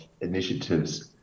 initiatives